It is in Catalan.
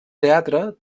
teatre